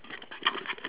ya so